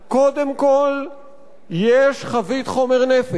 יש חבית חומר נפץ, ואני לא מתעלם מחבית